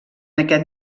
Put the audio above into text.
aquest